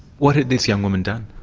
what had this young woman done?